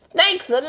Snakes